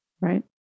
right